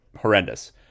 Horrendous